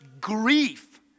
grief